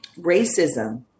racism